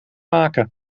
maken